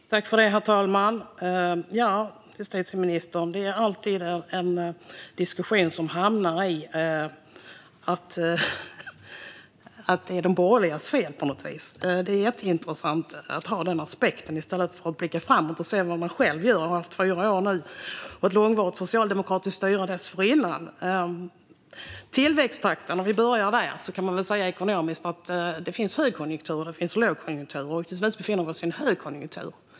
Herr talman! Det är alltid, justitieministern, en diskussion som hamnar i att det på något vis är de borgerligas fel. Det är ju jätteintressant att ha den aspekten i stället för att blicka framåt och se vad man själv gör. Ni har haft fyra år nu och ett långvarigt socialdemokratiskt styre dessförinnan. Låt oss börja med tillväxttakten och det ekonomiska. Man kan säga att det finns högkonjunktur och lågkonjunktur, och tills vidare befinner vi oss i en högkonjunktur.